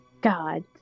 God